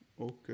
Okay